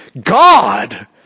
God